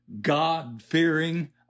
God-fearing